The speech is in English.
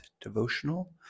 devotional